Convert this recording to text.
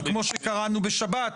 כמו שקראנו בשבת,